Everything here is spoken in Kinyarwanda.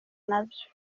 nabyo